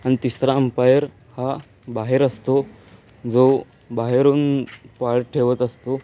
आणि तिसरा अंपायर हा बाहेर असतो जो बाहेरून पाळत ठेवत असतो